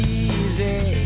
easy